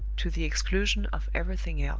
to the exclusion of everything else.